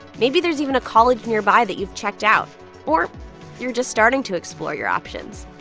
maybe there's even a college nearby that you've checked out or you're just starting to explore your options.